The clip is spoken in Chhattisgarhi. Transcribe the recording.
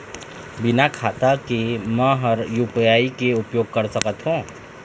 बिना खाता के म हर यू.पी.आई के उपयोग कर सकत हो?